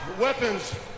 weapons